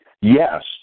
Yes